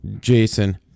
Jason